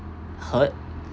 hurt